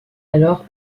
alors